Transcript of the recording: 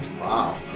Wow